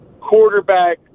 quarterback